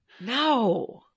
No